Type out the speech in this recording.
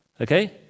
Okay